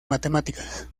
matemáticas